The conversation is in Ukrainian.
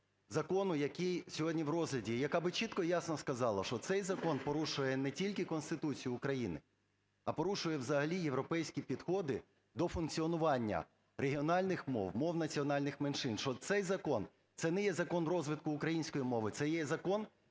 закону, який сьогодні в розгляді, яка би чітко і ясно сказала, що цей закон порушує не тільки Конституцію України, а порушує взагалі європейські підходи до функціонування регіональних мов, мов національних меншин, що цей закон – це не є закон розвитку української мови, це є закон,